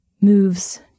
moves